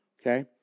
Okay